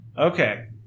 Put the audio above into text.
Okay